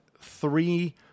three